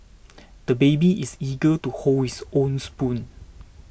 the baby is eager to hold his own spoon